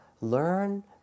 Learn